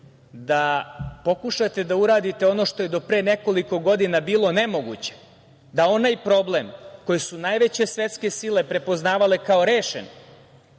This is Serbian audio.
da pokušate da uradite ono što je do pre nekoliko godina bilo nemoguće, da onaj problem koje su najveće svetske sile prepoznavale kao rešen